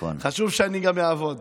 חשוב שאני גם אעבוד.